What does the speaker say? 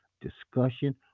discussion